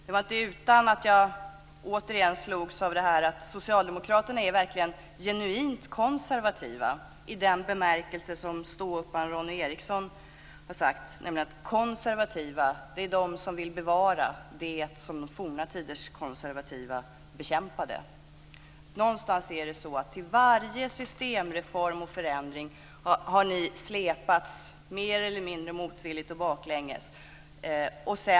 Det var inte utan att jag återigen slogs av att Socialdemokraterna verkligen är genuint konservativa i den bemärkelse som ståupparen Ronny Eriksson har talat om: Konservativa är de som vill bevara det som forna tiders konservativa bekämpade. Någonstans är det så att till varje systemreform och förändring har ni släpats, mer eller mindre motvilligt och baklänges.